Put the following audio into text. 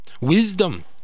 wisdom